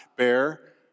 bear